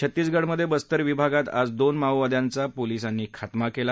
छत्तीसगडमधे बस्तर विभागात आज दोन माओवाद्यांचा पोलीसांनी खात्मा केला